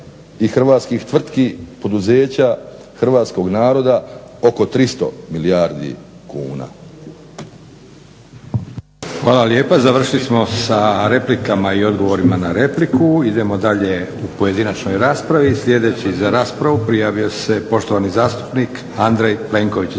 i hrvatskih tvrtki, poduzeća, hrvatskog naroda oko 300 milijardi kuna.